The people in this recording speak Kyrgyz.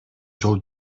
жол